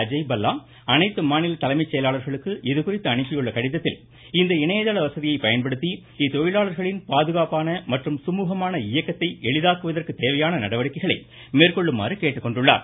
அஜய் பல்லா அனைத்து மாநில தலைமை செயலாகளுக்கு இதுகுறித்து அனுப்பியுள்ள கடிதத்தில் இந்த இணையதள வசதியை பயன்படுத்தி இத்தொழிலாளர்களின் பாதுகாப்பான மற்றும் சுமூகமான இயக்கத்தை எளிதாக்குவதற்கு தேவையான நடவடிக்கைகளை மேற்கொள்ளுமாறு கேட்டுக்கொண்டுள்ளார்